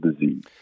disease